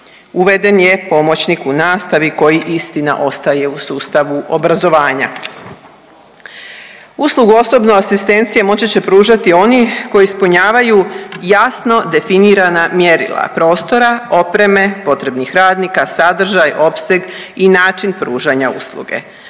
uveden je pomoćnik u nastavi koji istina ostaje u sustavu obrazovanja. Uslugu osobne asistencije moći će pružati oni koji ispunjavaju jasno definirana mjerila prostora, opreme, potrebnih radnika, sadržaj, opseg i način pružanja usluge.